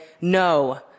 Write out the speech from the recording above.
no